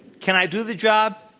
can i do the job?